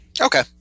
Okay